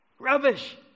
rubbish